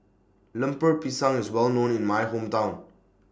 Lemper Pisang IS Well known in My Hometown